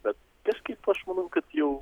bet kažkaip aš manau kad jau